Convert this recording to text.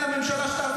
לאוכלוסייה קשישה.